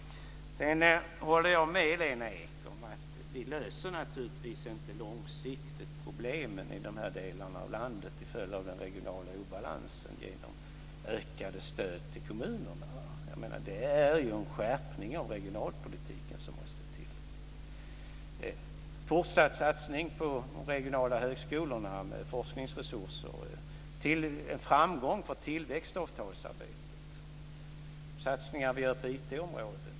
Sedan håller jag med Lena Ek om att vi naturligtvis inte långsiktigt löser problemen till följd av den regionala obalansen i de här delarna av landet genom ökade stöd till kommunerna. Det är ju en skärpning av regionalpolitiken som måste till. Det handlar om en fortsatt satsning på de regionala högskolorna med forskningsresurser, en framgång för tillväxtavtalsarbetet samt de satsningar vi gör på IT-området.